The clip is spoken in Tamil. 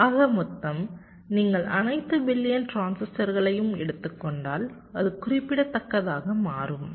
ஆக மொத்தம் நீங்கள் அனைத்து பில்லியன் டிரான்சிஸ்டர்களையும் எடுத்துக் கொண்டால் அது குறிப்பிடத்தக்கதாக மாறும்